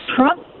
Trump